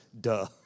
duh